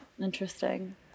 interesting